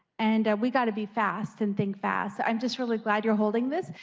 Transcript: and we've got to be fast and think fast. i'm just really glad you are holding this.